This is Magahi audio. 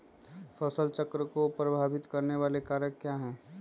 फसल चक्र को प्रभावित करने वाले कारक क्या है?